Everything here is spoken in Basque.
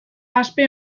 aspe